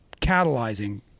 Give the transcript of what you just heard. catalyzing